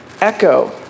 echo